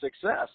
success